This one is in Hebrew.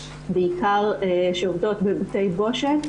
בעיקר שעובדות בבתי בושת,